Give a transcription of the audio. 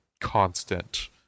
constant